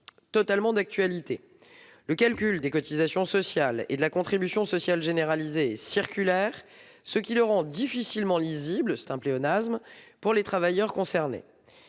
particulier, le calcul des cotisations sociales et de la contribution sociale généralisée est circulaire, ce qui le rend difficilement lisible- c'est un euphémisme -pour les travailleurs concernés.